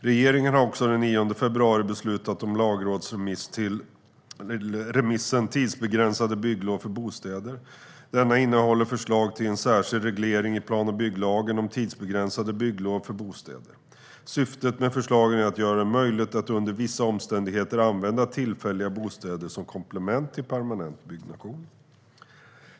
Regeringen har också den 9 februari beslutat om lagrådsremissen Tidsbegränsade bygglov för bostäder . Denna innehåller förslag till en särskild reglering i plan och bygglagen om tidsbegränsade bygglov för bostäder. Syftet med förslagen är att göra det möjligt att under vissa omständigheter använda tillfälliga bostäder som komplement till permanent byggnation.